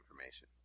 information